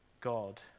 God